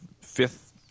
fifth